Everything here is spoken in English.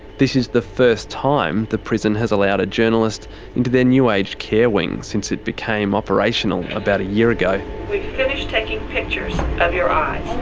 this is the first time the prison has allowed a journalist into their new aged care wing since it became operational about a year ago. we've finished taking pictures of your eyes.